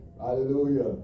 Hallelujah